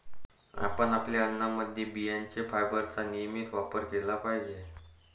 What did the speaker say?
आपण आपल्या अन्नामध्ये बियांचे फायबरचा नियमित वापर केला पाहिजे